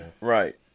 Right